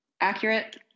accurate